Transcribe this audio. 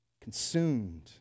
Consumed